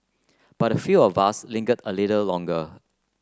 but a few of us lingered a little longer